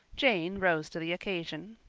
jane rose to the occasion.